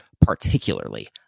Particularly